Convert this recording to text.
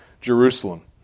Jerusalem